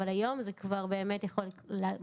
אבל היום זה כבר באמת מוגזם.